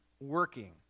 working